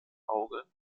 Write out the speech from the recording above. auge